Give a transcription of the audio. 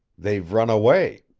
they've run away.